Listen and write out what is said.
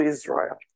Israel